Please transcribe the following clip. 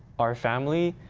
our family,